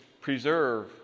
preserve